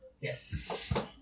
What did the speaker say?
Yes